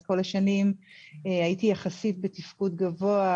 אז כל השנים הייתי יחסית בתפקוד גבוה,